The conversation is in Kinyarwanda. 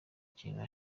kintu